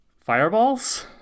Fireballs